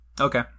Okay